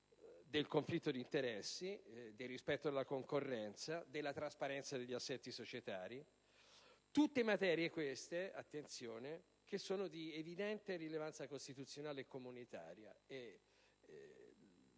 del conflitto d'interessi, del rispetto della concorrenza, della trasparenza degli assetti societari. Tutte materie, queste - attenzione - che sono di evidente rilevanza costituzionale e comunitaria.